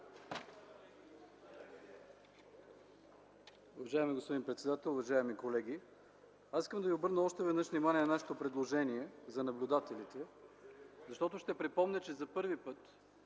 Уважаеми господин председател, уважаеми колеги! Аз искам да ви обърна още веднъж внимание на нашето предложение за наблюдателите, защото ще припомня, че за първи път